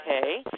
okay